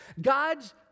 God's